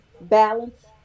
balance